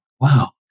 Wow